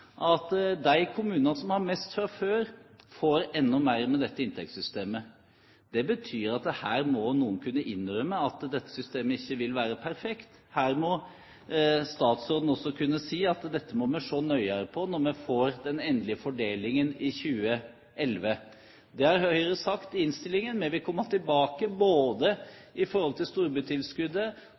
at de kommunene som har mest fra før, får enda mer med dette inntektssystemet. Det betyr at her må noen kunne innrømme at dette systemet ikke vil være perfekt. Her må statsråden også kunne si at dette må vi se nøyere på når vi får den endelige fordelingen i 2011. Det har Høyre sagt i innstillingen. Vi vil komme tilbake både til storbytilskuddet og til